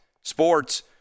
Sports